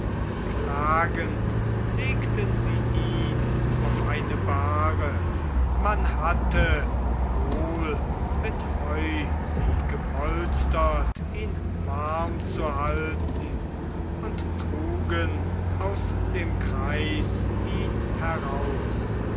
klagend legten sie ihn auf eine bahre man hatte wohl mit heu sie gepolstert ihn warm zu halten und trugen aus dem kreis ihn heraus